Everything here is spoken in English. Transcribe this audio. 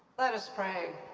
let us pray.